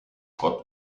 gott